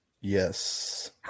Yes